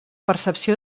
percepció